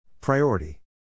Priority